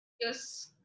Yes